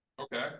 Okay